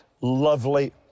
lovely